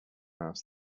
asked